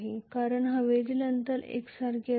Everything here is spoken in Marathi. कारण हवेतील अंतर एकसारखे आहे